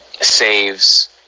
saves